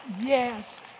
Yes